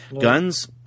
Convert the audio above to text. Guns